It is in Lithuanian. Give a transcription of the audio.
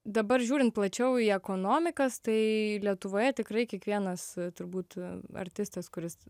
dabar žiūrint plačiau į ekonomikas tai lietuvoje tikrai kiekvienas turbūt artistas kuris